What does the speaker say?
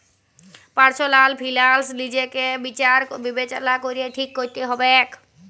personal finance লিজকে বিচার বিবচলা ক্যরে ঠিক ক্যরতে হুব্যে